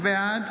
בעד